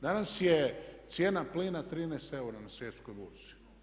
Danas je cijena plina 13 EUR-a na svjetskoj burzi.